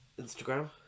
Instagram